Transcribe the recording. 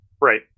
Right